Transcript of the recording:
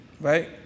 right